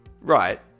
Right